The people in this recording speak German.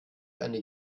eine